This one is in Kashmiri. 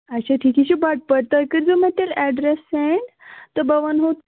اَچھا ٹھیٖک یہِ چھُ بٹہٕ پوٗرِ تُہۍ کٔرۍزیٚو مےٚ تیٚلہِ ایٚڈرَس سیٚنٛڈ تہٕ بہٕ وَنہَو